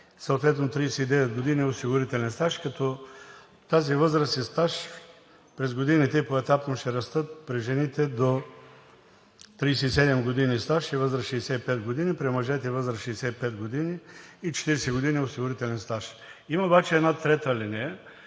съответно 39 години осигурителен стаж. Тази възраст и стаж през годините поетапно ще расте – при жените до 37 години стаж и възраст 65 години, а при мъжете възраст 65 години и 40 години осигурителен стаж. Има обаче една ал. 3,